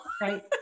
right